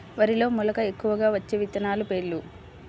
వరిలో మెలక ఎక్కువగా వచ్చే విత్తనాలు పేర్లు?